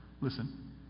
listen